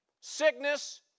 sickness